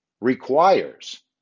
requires